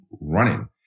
running